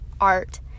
art